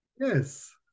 Yes